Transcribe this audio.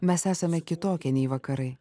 mes esame kitokie nei vakarai